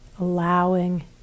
allowing